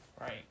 Right